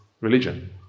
religion